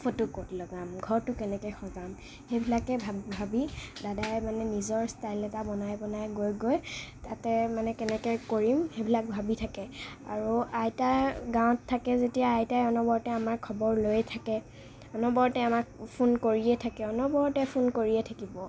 photo ক'ত লগাম ঘৰটো কেনেকৈ সজাম সেইবিলাকেই ভাবি ভাবি দাদাই মানে নিজৰ ষ্টাইল এটা বনায় বনায় গৈ গৈ তাতে মানে কেনেকৈ কৰিম সেইবিলাক ভাবি থাকে আৰু আইতাৰ গাঁৱত থাকে যেতিয়া আইতাই অনবৰতে আমাৰ খবৰ লৈয়ে থাকে অনবৰতে আমাক ফোন কৰিয়েই থাকে অনবৰতে ফোন কৰিয়েই থাকিব